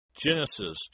Genesis